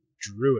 druid